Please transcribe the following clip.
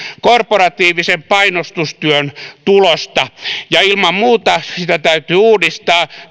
korporatiivisen painostustyön tulosta ilman muuta sitä täytyy uudistaa